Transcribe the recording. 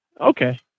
Okay